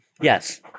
Yes